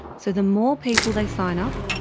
so the more people they sign up,